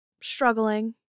struggling